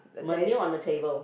menu on the table